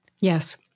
Yes